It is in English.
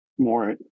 more